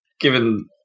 given